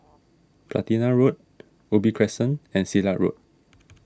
Platina Road Ubi Crescent and Silat Road